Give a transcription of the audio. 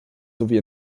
sowie